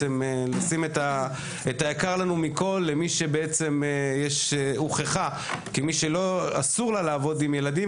לשים את היקר לנו מכל למי שהוכחה כמי שאסור לה לעבוד עם ילדים,